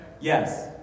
Yes